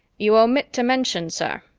you omit to mention, sir,